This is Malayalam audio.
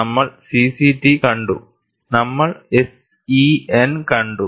നമ്മൾ CCT കണ്ടു നമ്മൾ SEN കണ്ടു